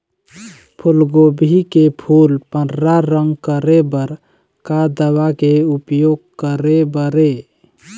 फूलगोभी के फूल पर्रा रंग करे बर का दवा के उपयोग करे बर ये?